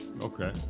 Okay